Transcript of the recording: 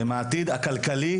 הם העתיד הכלכלי,